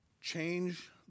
change